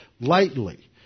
lightly